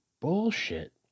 bullshit